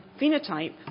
phenotype